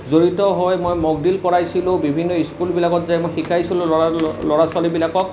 জড়িত হৈ মই মকড্ৰিল কৰাইছিলো বিভিন্ন স্কুলবিলাকত যায় মই শিকাইছিলো ল'ৰা ল'ৰা ছোৱালীবিলাকক